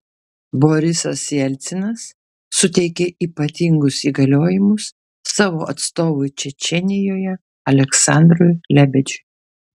borisas jelcinas suteikė ypatingus įgaliojimus savo atstovui čečėnijoje aleksandrui lebedžiui